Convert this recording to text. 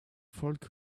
folks